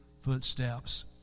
footsteps